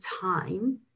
time